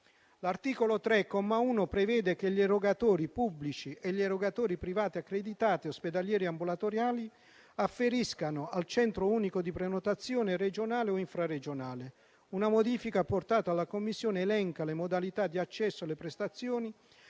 L'articolo 3, comma 1, prevede che gli erogatori pubblici e gli erogatori privati accreditati ospedalieri e ambulatoriali afferiscano al Centro unico di prenotazione regionale o infraregionale. Una modifica apportata dalla Commissione elenca le modalità di accesso alle prestazioni,